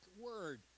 word